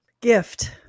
Gift